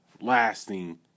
lasting